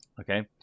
okay